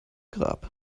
grab